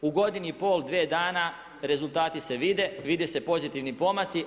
U godinu i pol, dve dana rezultati se vide, vide se pozitivni pomaci.